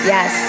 Yes